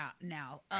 now